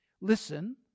listen